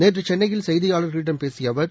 நேற்று சென்னையில் செய்தியாளர்களிடம் பேசிய அவர்